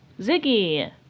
ziggy